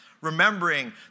remembering